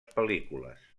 pel·lícules